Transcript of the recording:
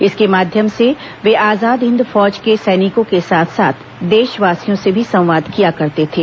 इसके माध्यम से वे आजाद हिंद फौज के सैनिकों के साथ साथ देशवासियों से भी संवाद किया करते थे